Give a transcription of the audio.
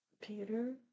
Peter